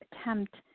attempt